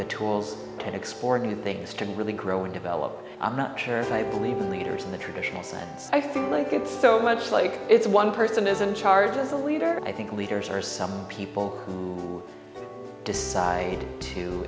the tools to explore new things to really grow and develop i'm not sure if i believe in leaders in the traditional sense i feel like it's so much like it's one person is in charge as a leader i think leaders are some people who decide to